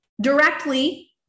directly